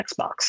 Xbox